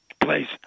place